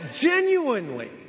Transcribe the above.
genuinely